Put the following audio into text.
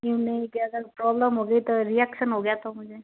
जी मैं कहाँ था कि प्रोब्लम हो गयी रिएक्शन हो गया तो मुझे